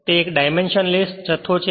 તે એક ડાયમેન્શનલેસ જથ્થો છે